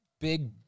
big